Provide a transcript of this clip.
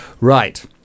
Right